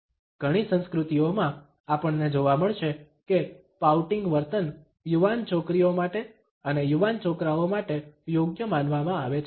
ઘણી સંસ્કૃતિઓમાં આપણને જોવા મળશે કે પાઉટિંગ વર્તન યુવાન છોકરીઓ માટે અને યુવાન છોકરાઓ માટે યોગ્ય માનવામાં આવે છે